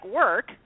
work